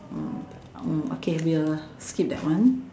mm mm okay we will skip that one